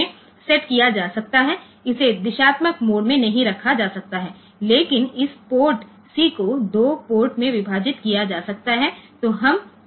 તેથી તેને ફરીથી બાયડીરેક્શનલ મોડ માં મૂકી શકાતું નથી પરંતુ તેને પોર્ટ 2 માં વિભાજિત કરી શકાય છે